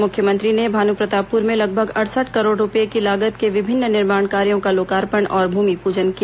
मुख्यमंत्री ने भानुप्रतापपुर में लगभग अड़सठ करोड़ रुपए की लागत के विभिन्न निर्माण कायों का लोकार्पण और भूमिपूजन किया